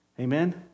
Amen